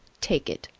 take it!